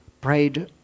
prayed